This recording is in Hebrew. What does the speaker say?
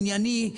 ענייני,